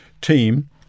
team